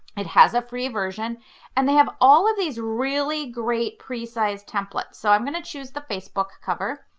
it has a free version and they have all of these really great pre-sized templates so i'm going to choose the facebook cover.